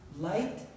light